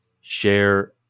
Share